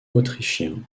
autrichiens